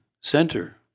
center